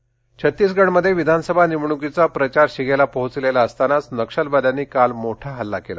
नक्षलवादी हल्ला छत्तीसगडमध्ये विधानसभा निवडण्कीचा प्रचार शिगेला पोहोचलेला असतानाच नक्षलवाद्यांनी काल मोठा हल्ला केला